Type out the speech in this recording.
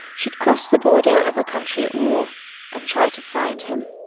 should cross the border of a country at war and try to find him.